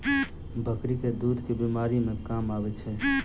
बकरी केँ दुध केँ बीमारी मे काम आबै छै?